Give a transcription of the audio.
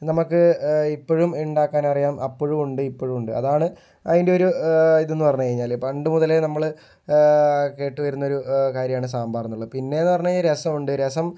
നമ്മൾക്ക് ഇപ്പോഴും ഉണ്ടാക്കാന് അറിയാം അപ്പോഴും ഉണ്ട് ഇപ്പോഴും ഉണ്ട് അതാണ് അതിൻ്റെയൊരു ഇതെന്നു പറഞ്ഞു കഴിഞ്ഞാല് പണ്ട് മുതലെ നമ്മള് കേട്ടു വരുന്നൊരു കാര്യമാണ് സാമ്പാറെന്നുള്ളത് പിന്നെയെന്നു പറഞ്ഞു കഴിഞ്ഞാൽ രസമുണ്ട് രസം